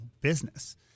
business